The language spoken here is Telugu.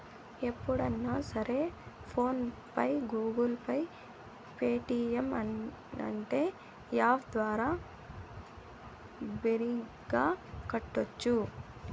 ఎప్పుడన్నా సరే PhonePe Google Pay Paytm అంటే యాప్ ద్వారా బిరిగ్గా కట్టోచ్చు